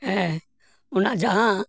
ᱦᱮᱸ ᱚᱱᱟ ᱡᱟᱦᱟᱸ